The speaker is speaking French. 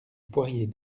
poirier